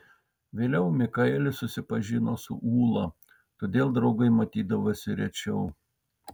vėliau mikaelis susipažino su ūla todėl draugai matydavosi rečiau